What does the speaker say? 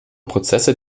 prozesse